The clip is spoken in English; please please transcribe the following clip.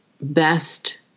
best